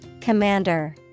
Commander